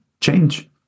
change